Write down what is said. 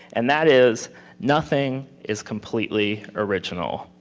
and that is nothing is completely original.